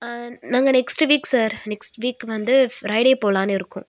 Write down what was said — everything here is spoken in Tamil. நாங்கள் next week sir next week வந்து ஃப்ரைடே போலானு இருக்கோம்